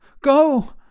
Go